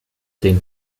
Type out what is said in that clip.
den